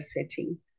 setting